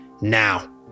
now